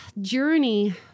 journey